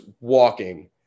walking